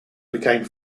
became